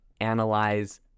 analyze